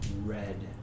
red